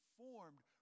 formed